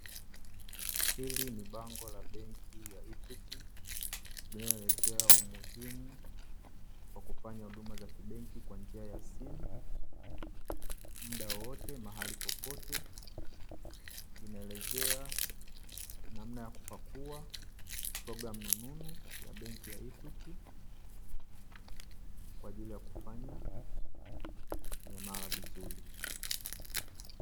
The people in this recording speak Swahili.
Hili ni bango la benki ya Equity linaloelezea umuhimu wa kufanya huduma za kibenki kwa njia ya simu muda wowote mahali popote; linaeleeza namna ya kupakua programu nununu ya benki ya Equity kwaajili ya kufanya miamala vizuri.